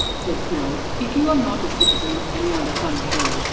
click no if you are not a citizen of any other country